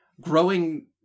growing